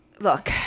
look